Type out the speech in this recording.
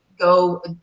go